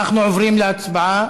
אנחנו עוברים להצבעה.